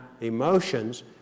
emotions